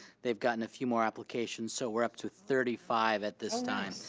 they've gotten a few more applications, so we're up to thirty five at this time.